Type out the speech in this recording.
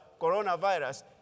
coronavirus